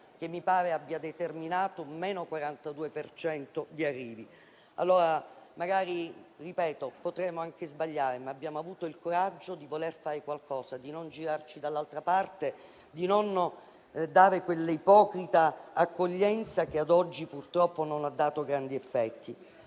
degli arrivi del 42 per cento. Magari potremo anche sbagliare, ma abbiamo avuto il coraggio di voler fare qualcosa, di non girarci dall'altra parte, di non dare quell'ipocrita accoglienza che ad oggi, purtroppo, non ha dato grandi effetti.